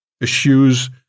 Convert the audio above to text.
issues